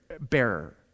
bearer